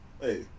hey